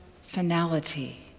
finality